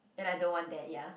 and I don't want that ya